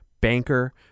banker